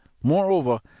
moreover,